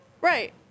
Right